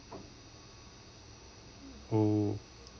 oh